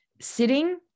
Sitting